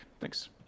thanks